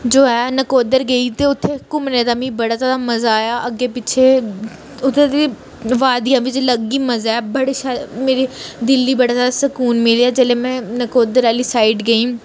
जो ऐ नकोदर गेई ते उत्थें घूमने दा मिगी बड़ा ज्यादा मज़ा आया अग्गे पिच्छे उत्थें दी बादियां बिच्च अलग ई मज़ा ऐ बड़े शैल मेरी दिल गी बड़ा शैल सुकून मिलेआ जेल्लै मैं नकोदर आह्ली साइड गेई